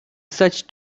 such